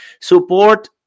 Support